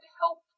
help